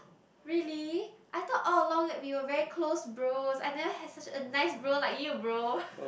really I thought all along we were very close bros I never had such a nice bro like you bro